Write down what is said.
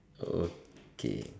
okay